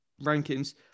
rankings